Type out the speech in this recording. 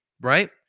right